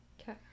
Okay